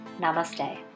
Namaste